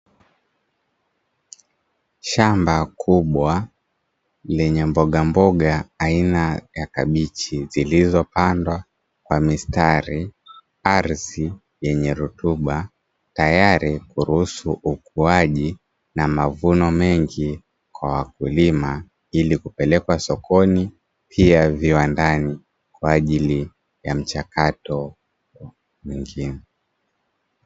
Shamba kubwa lenye mboga aina ya kabichi zilizopandwa kwa mistari kwenye ardhi yenye rutuba, tayari kuruhusu ukuaji na mavuno mengi kwa wakulima ili kupelekwa sokoni pia viwandani kwa ajili ya mchakato mwingine.